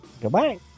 goodbye